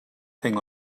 thing